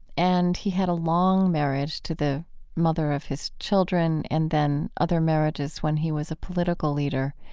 and he had a long marriage to the mother of his children and then other marriages when he was a political leader.